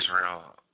Israel